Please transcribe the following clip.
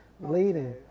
leading